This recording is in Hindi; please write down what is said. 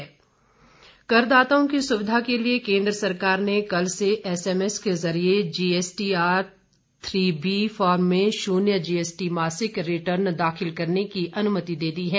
रिर्टन करदाताओं की सुविधा के लिए केन्द्र सरकार ने कल से एसएमएस के जरिए जीएसटीआर अबी फॉर्म में शून्य जीएसटी मासिक रिटर्न दाखिल करने की अनुमति दे दी है